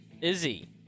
Izzy